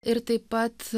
ir taip pat